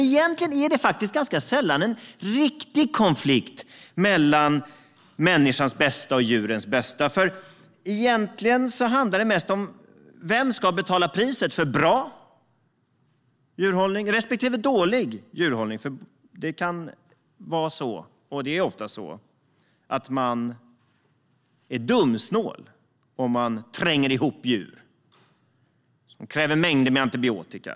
Egentligen är det ganska sällan en riktig konflikt mellan människans bästa och djurens bästa, för egentligen handlar det mest om vem som ska betala priset för bra djurhållning respektive för dålig djurhållning. Ofta är man dumsnål om man tränger ihop djur, vilket kräver mängder med antibiotika.